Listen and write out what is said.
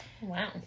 Wow